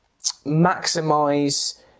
maximize